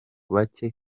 bazi